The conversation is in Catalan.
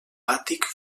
àtic